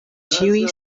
ĉiuj